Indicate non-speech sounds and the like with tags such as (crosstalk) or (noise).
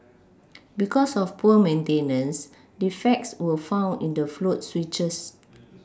because of poor maintenance defects were found in the float switches (noise)